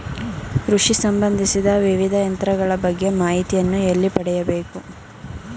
ಕೃಷಿ ಸಂಬಂದಿಸಿದ ವಿವಿಧ ಯಂತ್ರಗಳ ಬಗ್ಗೆ ಮಾಹಿತಿಯನ್ನು ಎಲ್ಲಿ ಪಡೆಯಬೇಕು?